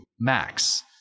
Max